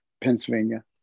Pennsylvania